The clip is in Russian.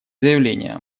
заявления